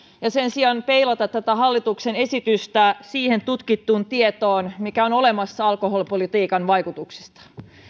ja sen sijaan peilata tätä hallituksen esitystä siihen tutkittuun tietoon mikä on olemassa alkoholipolitiikan vaikutuksista